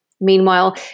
Meanwhile